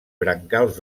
brancals